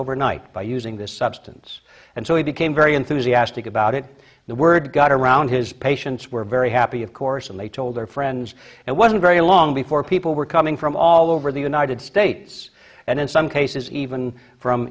overnight by using this substance and so he became very enthusiastic about it the word got around his patients were very happy of course and they told their friends and wasn't very long before people were coming from all over the united states and in some cases even from